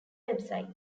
website